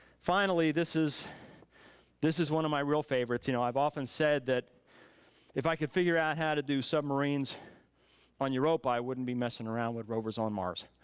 finally, this is this is one of my real favorites. you know i've often said that if i could figure out how to do submarines on europa, i wouldn't be messing around with rovers on mars.